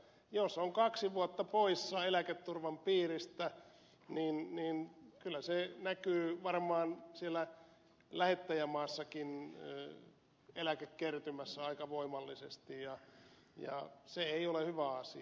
jos on kaksi vuotta poissa eläketurvan piiristä niin kyllä se näkyy varmaan siellä lähettäjämaassakin eläkekertymässä aika voimallisesti ja se ei ole hyvä asia